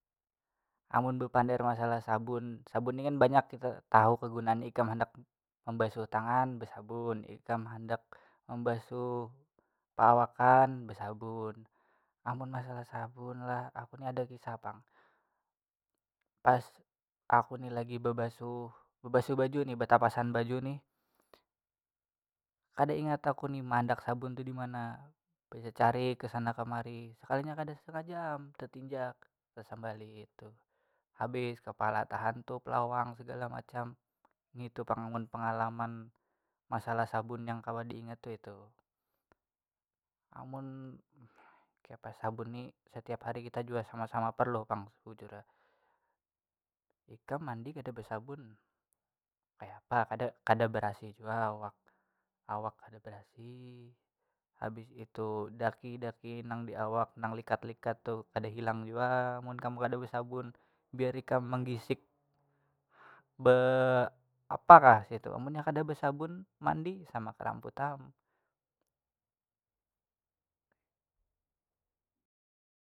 Amun bepander masalah sabun sabun ni kan banyak kita tahu kegunaan ikam handak membasuh tangan besabun ikam handak membasuh peawakan besabun amun masalah sabun lah aku ni ada kisah pang pas aku ni lagi bebasuh bebasuh baju ni betapasan baju nih kada ingat aku ni maandak sabun tu di mana bececari ke sana kemari sekalinya kada sengaja am tetinjak tasembalit tuh habis kepala tahantup lawang segala macam ngitu pang amun pengalaman masalah sabun yang kawa diingat tu itu amun kayapa sabun ni setiap hari kita jua sama sama perlu pang sebujurnya ikam mandi kada besabun kayapa kada kada berasih jua awak awak kada berasih habis itu daki daki nang di awak nang likat likat tuh kada hilang jua mun kam kada besabun biar ikam manggisik be apa kah situ munnya kada besabun mandi sama keramput am.